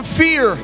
fear